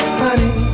honey